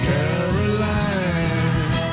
Caroline